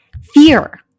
Fear